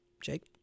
Jake